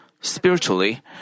Spiritually